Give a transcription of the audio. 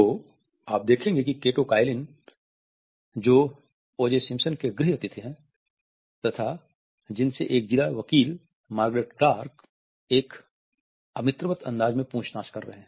तो आप देखेगे कि केटो काइलिन जो ओजे सिम्पसन के गृह अतिथि हैं तथा जिनसे एक जिला वकील मार्गरेट क्लार्क एक अमित्रवत अंदाज में पूछताछ कर रहे हैं